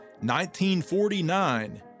1949